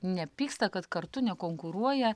nepyksta kad kartu nekonkuruoja